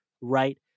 right